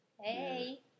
Hey